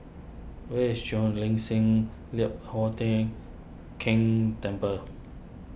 where is Cheo Lim Chin Lian Hup Keng Temple